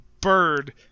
Bird